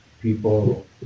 people